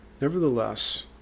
Nevertheless